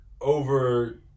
over